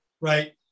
Right